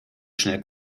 schnell